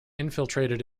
infiltrated